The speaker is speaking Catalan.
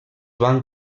van